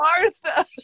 martha